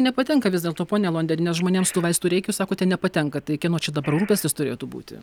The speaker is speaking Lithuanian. nepatenka vis dėlto pone alonderi nes žmonėms tų vaistų reik o jūs sakote nepatenka tai kieno čia dabar rūpestis turėtų būti